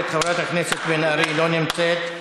חברת הכנסת בן ארי, לא נמצאת.